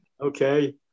Okay